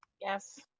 Yes